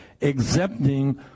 exempting